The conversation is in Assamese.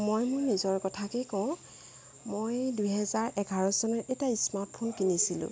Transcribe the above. মই মোৰ নিজৰ কথাকেই কওঁ মই দুহেজাৰ এঘাৰ চনত এটা স্মাৰ্ট ফোন কিনিছিলোঁ